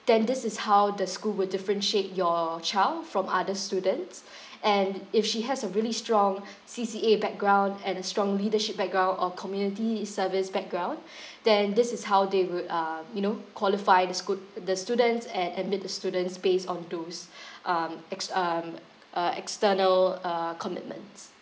then this is how the school will differentiate your child from other students and if she has a really strong C_C_A background and a strong leadership background or community service background then this is how they would um you know qualify the s~ good the students and admit the students based on those um ex~ um uh external uh commitments